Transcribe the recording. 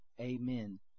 Amen